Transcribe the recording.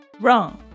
Wrong